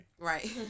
right